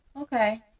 Okay